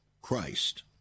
Christ